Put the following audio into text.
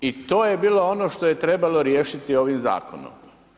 I to je bilo ono što je trebalo riješiti ovim zakonom.